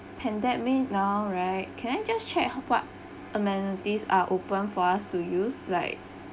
pandemic now right can I just check how about amenities are open for us to use like